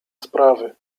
sprawy